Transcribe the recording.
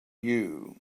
you